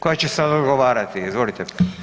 Koja će sad odgovarati, izvolite.